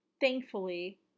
thankfully